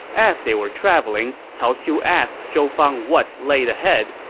as they were traveling, cao xiu asked zhou fang what laid ahead,